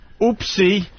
Oopsie